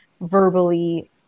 verbally